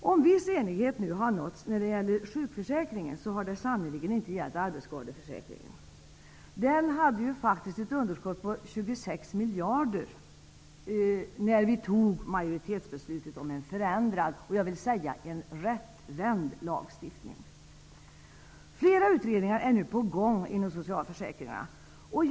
Om viss enighet nu nåtts när det gällt sjukföräkringen, har det sannerligen inte gällt arbetsskadeförsäkringen. Där var det faktiskt ett underskott om 26 miljarder när vi fattade ett majoritetsbeslut om en förändrad -- en rättvänd -- Flera utredningar är på gång inom socialförsäkringsområdet.